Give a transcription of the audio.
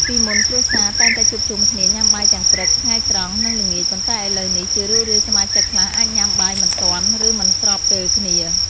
ពីមុនគ្រួសារតែងតែជួបជុំគ្នាញ៉ាំបាយទាំងព្រឹក ថ្ងៃត្រង់ និងល្ងាច ប៉ុន្តែឥឡូវនេះ ជារឿយៗសមាជិកខ្លះអាចញ៉ាំបាយមិនទាន់ ឬមិនស្របពេលគ្នា។